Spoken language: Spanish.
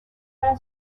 para